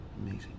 amazing